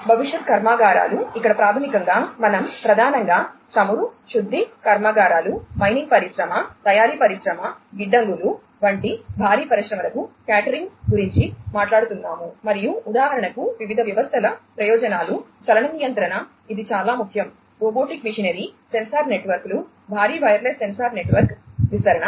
భవిష్యత్ కర్మాగారాలు ఇక్కడ ప్రాథమికంగా మనం ప్రధానంగా చమురు శుద్ధి కర్మాగారాలు మైనింగ్ పరిశ్రమ తయారీ పరిశ్రమ గిడ్డంగులు వంటి భారీ పరిశ్రమలకు క్యాటరింగ్ గురించి మాట్లాడుతున్నాము మరియు ఉదాహరణకు వివిధ వ్యవస్థల ప్రయోజనాలు చలన నియంత్రణ ఇది చాలా ముఖ్యం రోబోటిక్ మెషినరీ విస్తరణ